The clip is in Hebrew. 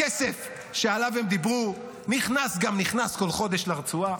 הכסף שעליו הם דיברו נכנס גם נכנס כל חודש לרצועה.